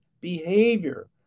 behavior